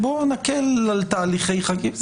בואו נקל על תהליכי חקיקה.